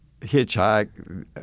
hitchhike